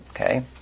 okay